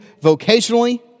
vocationally